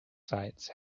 sites